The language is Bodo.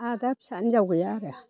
आंहा दा फिसा हिनजाव गैया आरो